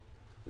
למשל,